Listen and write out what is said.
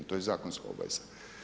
To je zakonska obaveza.